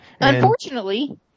Unfortunately